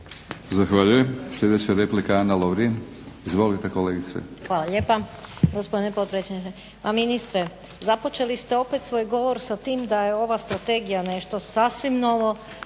Zahvaljujem. Sljedeća replika Ana Lovrin. Izvolite kolegice.